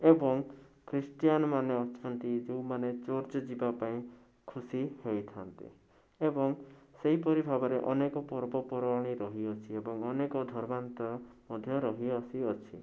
ଏବଂ ଖ୍ରୀଷ୍ଟିୟାନ୍ ମାନେ ଅଛନ୍ତି ଯେଉଁମାନେ ଚର୍ଚ୍ଚ ଯିବାପାଇଁ ଖୁସି ହୋଇଥାନ୍ତି ଏବଂ ସେଇପରି ଭାବରେ ଅନେକ ପର୍ବପର୍ବାଣୀ ରହି ଅଛି ଏବଂ ଅନେକ ଧର୍ମାନ୍ତ ମଧ୍ୟ ରହିଆସି ଅଛି